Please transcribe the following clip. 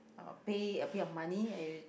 uh pay a bit of money and you